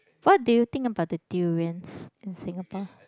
what do you think about the durians in Singapore